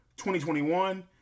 2021